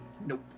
nope